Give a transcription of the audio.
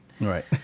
Right